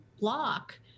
block